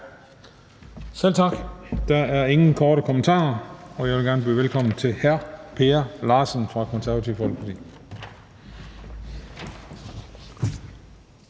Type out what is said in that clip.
Selv tak. Der er ingen korte bemærkninger. Jeg vil gerne byde velkommen til hr. Per Larsen fra Det Konservative Folkeparti.